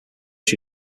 she